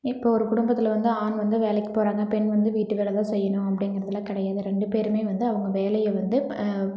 இப்போ ஒரு குடும்பத்தில் வந்து ஆண் வந்து வேலைக்கு போகிறாங்க பெண் வந்து வீட்டு வேலைதான் செய்யணும் அப்படிங்கிறதுலாம் கிடையாது ரெண்டு பேரும் வந்து அவங்க வேலையை வந்து